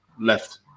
left